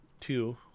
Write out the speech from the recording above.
two